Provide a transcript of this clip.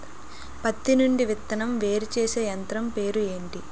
పత్తి నుండి విత్తనం వేరుచేసే యంత్రం పేరు ఏంటి